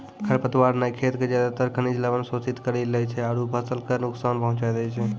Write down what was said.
खर पतवार न खेत के ज्यादातर खनिज लवण शोषित करी लै छै आरो फसल कॅ नुकसान पहुँचाय दै छै